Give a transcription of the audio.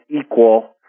equal